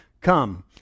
Come